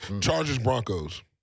Chargers-Broncos